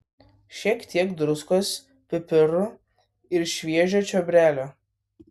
šiek tiek druskos pipirų ir šviežio čiobrelio